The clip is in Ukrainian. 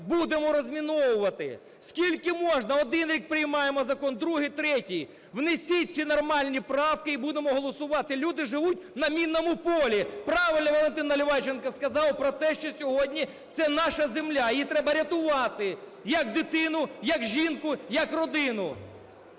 будемо розміновувати. Скільки можна? Один рік приймаємо закон, другий, третій. Внесіть ці нормальні правки і будемо голосувати. Люди живуть на мінному полі. Правильно Валентин Наливайченко сказав про те, що сьогодні це наша земля, її треба рятувати як дитину, як жінку, як родину.